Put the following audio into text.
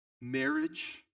marriage